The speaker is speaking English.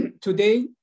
today